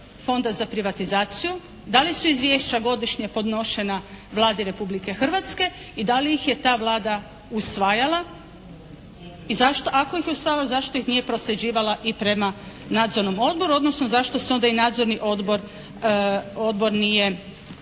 Fonda za privatizaciju, da li su izvješća godišnje podnošena Vladi Republike Hrvatske i da li ih je ta Vlada usvajala i zašto ako ih je usvajala, zašto ih nije prosljeđivala i prema nadzornom odboru, odnosno zašto se onda i nadzorni odbor nije sastajao.